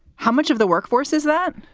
how much of the workforce is that?